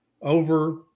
over